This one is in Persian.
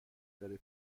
داره